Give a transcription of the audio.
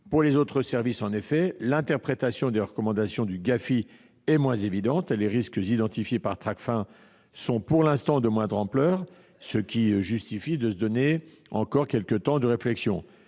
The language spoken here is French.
Pour les autres services, en effet, l'interprétation des recommandations du GAFI est moins évidente, et les risques identifiés par TRACFIN sont pour l'instant de moindre ampleur. Cela justifie de se donner encore un peu temps de réflexion.